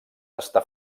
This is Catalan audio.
està